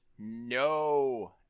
no